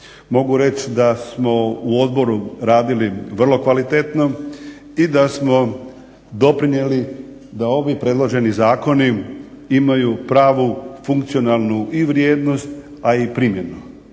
Mogu reć da smo u odboru radili vrlo kvalitetno i da smo doprinijeli da ovi predloženi zakoni imaju pravu funkcionalnu i vrijednost, a i primjenu.